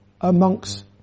amongst